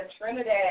Trinidad